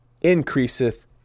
increaseth